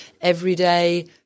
everyday